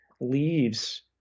leaves